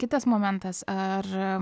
kitas momentas ar